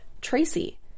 Tracy